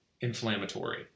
inflammatory